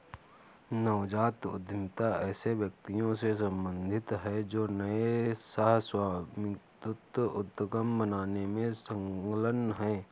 नवजात उद्यमिता ऐसे व्यक्तियों से सम्बंधित है जो नए सह स्वामित्व उद्यम बनाने में संलग्न हैं